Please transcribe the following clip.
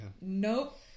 Nope